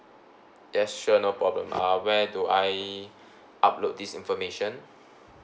yes sure no problem uh where do I upload this information